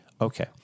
Okay